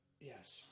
Yes